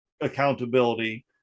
accountability